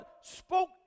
spoke